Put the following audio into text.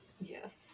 Yes